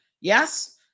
yes